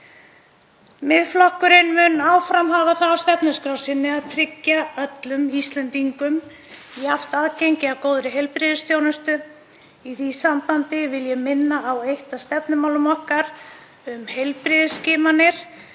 Miðflokkurinn mun áfram hafa það á stefnuskrá sinni að tryggja öllum Íslendingum jafnt aðgengi að góðri heilbrigðisþjónustu. Í því sambandi vil ég minna á eitt af stefnumálum okkar um heilbrigðisskimanir,